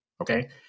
Okay